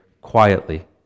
quietly